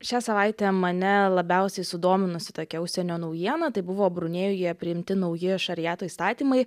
šią savaitę mane labiausiai sudominusi tokia užsienio naujiena tai buvo brunėjuje priimti nauji šariato įstatymai